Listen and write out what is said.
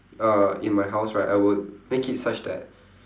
uh in my house right I would make it such that